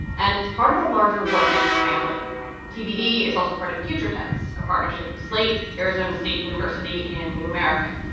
and it's part of a larger what next family tbd is also part of future tense, a partnership of slate, arizona state university and new america.